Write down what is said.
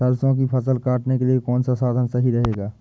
सरसो की फसल काटने के लिए कौन सा साधन सही रहेगा?